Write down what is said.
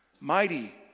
Mighty